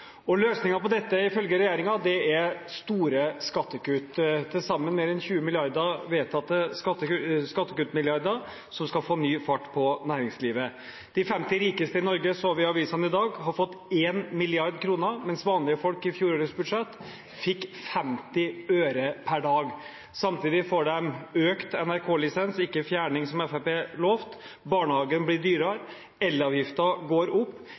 arbeidsløse. Løsningen på dette er, ifølge regjeringen, store skattekutt. Til sammen mer enn 20 vedtatte skattekuttmilliarder skal få ny fart på næringslivet. De femti rikeste i Norge, så vi i avisene i dag, har fått 1 mrd. kr, mens vanlige folk i fjorårets budsjett fikk 50 øre per dag. Samtidig får de økt NRK-lisens – ikke fjerning som Fremskrittspartiet lovte. Barnehagen blir dyrere, og elavgiften går opp.